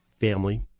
family